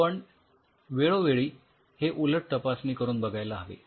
पण वेळोवेळी हे उलट तपासणी करून बघायला हवे